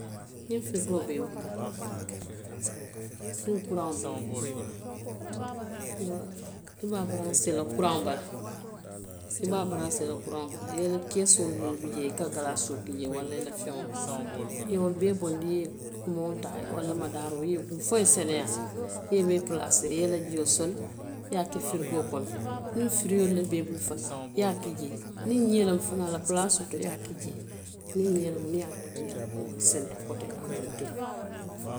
Niŋ firikoo be i bulu, niŋ kuraŋo be i bulu, i be a baransee la kuraŋo bala, i be a baransee la kuraŋo bala, i ye i la keesoo miŋ bi jee i ka kalaasoo ki jee walla i la feŋolu, i ye wolu bee bondi i ye omoo taa walla madaaroo i ye i kuu fo i ye seneyaa, i ye i bee palaasee i ye i la jio sooli, i ye a ke firikoo kono niŋ furiyoolu le be i bulu fanaŋ, i ye a ke jee, niŋ ñee loŋ fanaŋ a la palaasoo to, i ye a ke jee niŋ ñee loŋ i ye a bondi i ye a kuu a ye seneyaa koteŋ i ye a montee.